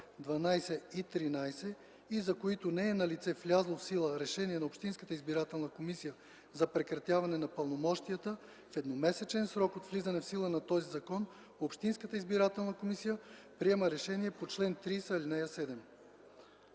12 и 13 и за които не е налице влязло в сила решение на общинската избирателна комисия за прекратяване на пълномощията, в едномесечен срок от влизане в сила на този закон общинската избирателна комисия приема решение по чл. 30, ал. 7.”